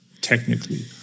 technically